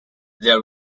their